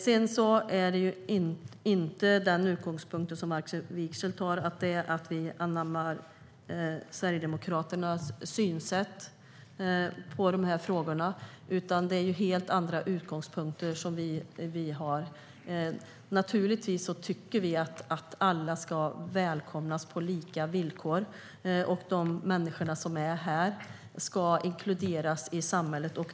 Sedan är det inte den utgångspunkt som Markus Wiechel har, att vi skulle anamma Sverigedemokraternas synsätt i de här frågorna. Vi har helt andra utgångspunkter. Naturligtvis tycker vi att alla ska välkomnas på lika villkor, och de människor som är här ska inkluderas i samhället.